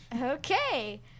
Okay